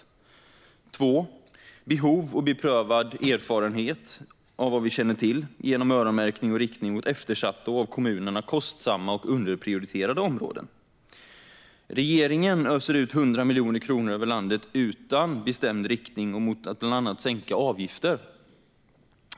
Det andra är behov och beprövad erfarenhet; det handlar om öronmärkning till eftersatta, kostsamma och av kommunerna underprioriterade områden. Regeringen öser ut 100 miljoner kronor över landet utan att ange någon riktning. Bland annat ska de användas för att sänka avgifter.